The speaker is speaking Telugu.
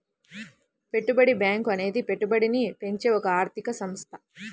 పెట్టుబడి బ్యాంకు అనేది పెట్టుబడిని పెంచే ఒక ఆర్థిక సంస్థ